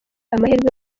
amahirwe